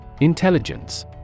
Intelligence